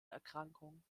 erkrankung